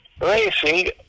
racing